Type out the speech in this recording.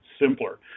simpler